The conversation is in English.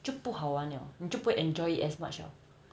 就不好玩 liao 你就不会 enjoy it as much liao